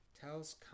Tells